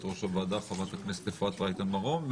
חברת הכנסת אפרת רייטן מרום,